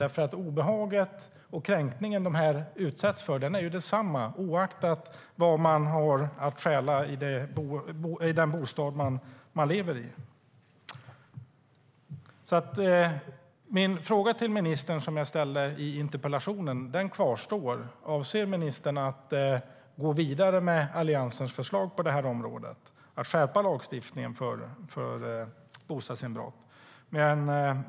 Det obehag och den kränkning dessa människor utsätts för är densamma oavsett vad det finns att stjäla i den bostad de lever i.Herr talman!